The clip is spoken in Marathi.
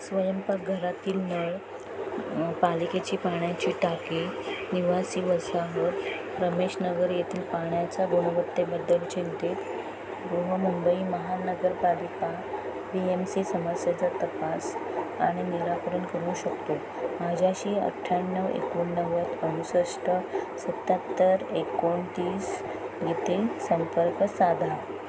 स्वयंपाकघरातील नळ पालिकेची पाण्याची टाकी निवासी वसाहत रमेशनगर येथील पाण्याचा गुणवत्तेबद्दल चिंतित बृहन्मुंबई महानगरपालिका बी एम सी समस्येचा तपास आणि निराकरण करू शकतो माझ्याशी अठ्याण्णव एकोणनव्वद अडुसष्ट सत्याहत्तर एकोणतीस इथे संपर्क साधा